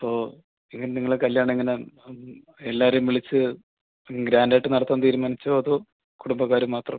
അപ്പോൾ ഇവൻ നിങ്ങൾ കല്യാണം എങ്ങനെ എല്ലാവരെയും വിളിച്ച് ഗ്രാൻഡ് ആയിട്ട് നടത്താൻ തീരുമാനിച്ചോ അതോ കുടുംബക്കാർ മാത്രം